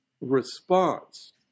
response